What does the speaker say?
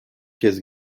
kez